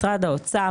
משרד האוצר,